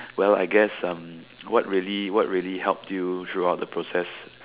well I guess um what really what really helped you throughout the process